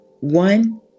One